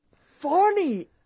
funny